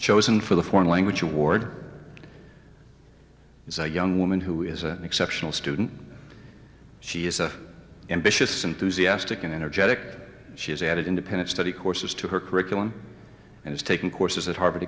chosen for the foreign language award it's a young woman who is an exceptional student she said ambitious enthusiastic and energetic she has added independent study courses to her curriculum and has taken courses at harvard